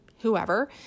whoever